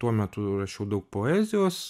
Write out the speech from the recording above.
tuo metu rašiau daug poezijos